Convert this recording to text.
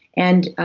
and, ah